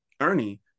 Ernie